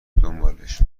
دنبالش